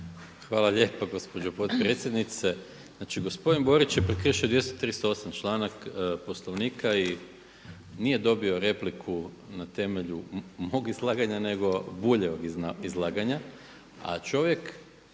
Hvala lijepo gospođo potpredsjednice. Znači gospodin Borić je prekršio 238. članak Poslovnika i nije dobio repliku na temelju mog izlaganja nego Buljevog izlaganja, a čovjek